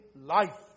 life